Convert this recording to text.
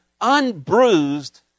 unbruised